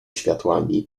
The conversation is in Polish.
światłami